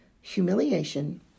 humiliation